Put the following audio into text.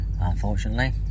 unfortunately